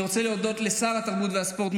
אני רוצה להודות לשר התרבות והספורט,